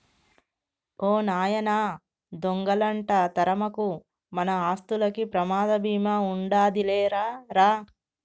ఓ నాయనా దొంగలంట తరమకు, మన ఆస్తులకి ప్రమాద బీమా ఉండాదిలే రా రా